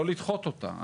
לא לדחות אותה,